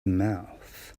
mouth